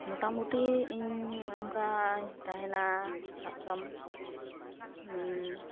ᱢᱚᱴᱟᱢᱩᱴᱤ ᱤᱧ ᱚᱱᱠᱟᱧ ᱛᱟᱦᱮᱱᱟ ᱥᱟᱵ ᱠᱟᱢ